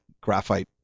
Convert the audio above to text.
graphite